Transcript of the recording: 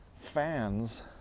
fans